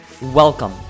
Welcome